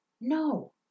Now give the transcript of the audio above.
no